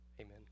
Amen